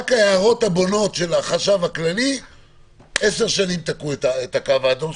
רק ההערות הבונות של החשב הכללי 10 שנים תקעו את הקו האדום.